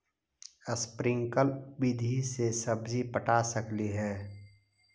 Sprinkle विधि से सब्जी पटा सकली हे?